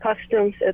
customs